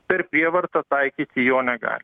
per prievartą taikyti jo negali